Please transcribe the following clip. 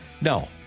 No